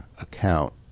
account